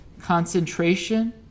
concentration